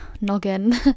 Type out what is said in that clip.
noggin